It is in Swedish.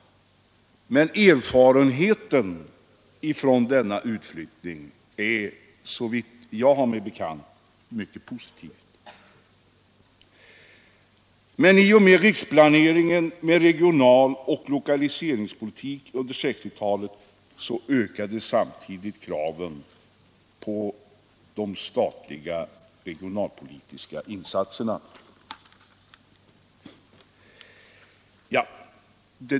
Erfarenheten av denna utflyttning är, såvitt jag har mig bekant, mycket positiv. Men i och med riksplaneringen med regionaloch lokaliseringspolitik under 1960-talet ökades kraven på de statliga regionalpolitiska insatserna.